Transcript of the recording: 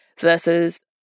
versus